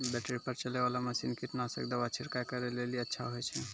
Battery पर चलै वाला मसीन कीटनासक दवा छिड़काव करै लेली अच्छा होय छै?